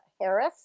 Harris